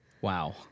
Wow